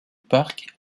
parc